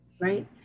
right